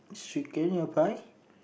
she